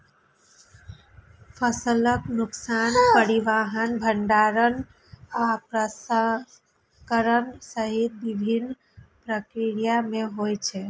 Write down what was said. फसलक नुकसान परिवहन, भंंडारण आ प्रसंस्करण सहित विभिन्न प्रक्रिया मे होइ छै